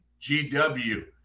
GW